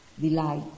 delight